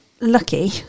lucky